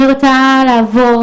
אני רוצה לעבור